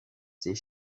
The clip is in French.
ses